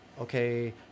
Okay